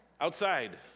Outside